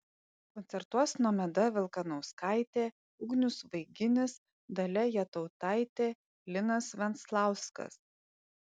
koncertuos nomeda vilkanauskaitė ugnius vaiginis dalia jatautaitė linas venclauskas